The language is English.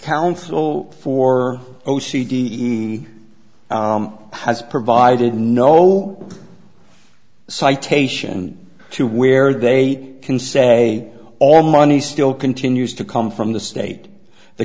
counsel for o c d has provided no citation to where they can say all money still continues to come from the state the